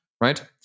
right